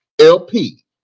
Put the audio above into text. LP